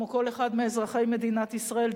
כמו כל אחד מאזרחי מדינת ישראל,